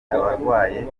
abarwaye